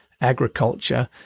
Agriculture